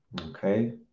Okay